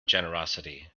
generosity